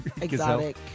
exotic